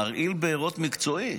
מרעיל בארות מקצועי.